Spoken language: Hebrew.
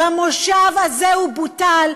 במושב הזה הוא בוטל,